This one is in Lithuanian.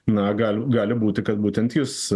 na gali gali būti kad būtent jis